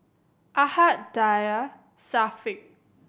Ahad Dhia and Syafiq